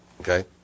Okay